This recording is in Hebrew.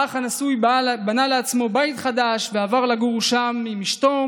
האח הנשוי בנה לעצמו בית חדש ועבר לגור שם עם אשתו,